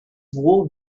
wool